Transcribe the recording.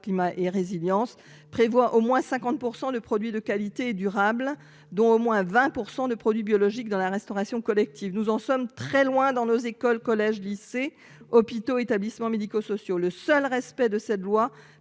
climat et résilience prévoit au moins 50% de produits de qualité, durable, dont au moins 20% de produits biologiques dans la restauration collective, nous en sommes très loin dans nos écoles, collèges, lycées, hôpitaux, établissements médico-sociaux. Le seul respect de cette loi